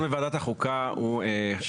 בוועדת החוקה.